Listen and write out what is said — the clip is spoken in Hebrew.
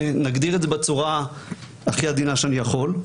אם נגדיר את זה בצורה הכי עדינה שאני יכול.